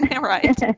right